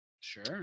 sure